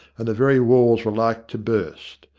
and the very walls were like to burst.